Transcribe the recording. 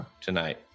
tonight